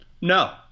No